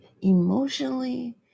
emotionally